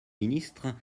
ministre